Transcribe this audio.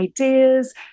ideas